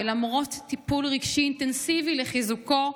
ולמרות טיפול רגשי אינטנסיבי לחיזוקו,